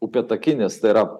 upėtakinis tai yra